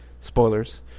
Spoilers